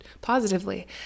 positively